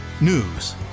news